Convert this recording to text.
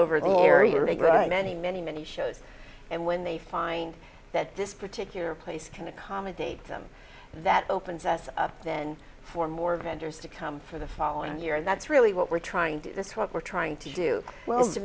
over the area or a good many many many shows and when they find that this particular place can accommodate them that opens us up then for more vendors to come for the following year and that's really what we're trying to do this what we're trying to do well to